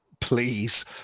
please